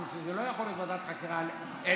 שזו לא יכולה להיות ועדת חקירה לאלקין,